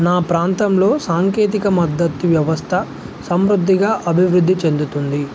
నా ప్రాంతంలో సాంకేతిక మద్దతు వ్యవస్థ సమృద్ధిగా అభివృద్ధి చెందుతుంది